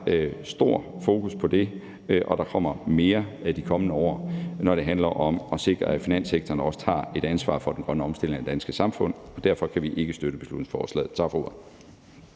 stor fokus på det, og der kommer mere de kommende år, når det handler om at sikre, at finanssektoren også tager et ansvar for den grønne omstilling af det danske samfund. Derfor kan vi ikke støtte beslutningsforslaget. Tak for ordet.